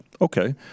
Okay